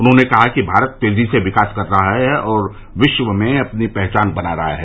उन्होंने कहा कि भारत तेजी से विकास कर रहा है और विश्व में अपनी पहचान बना रहा है